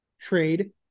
trade